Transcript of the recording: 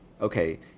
okay